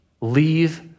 leave